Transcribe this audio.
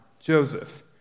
Joseph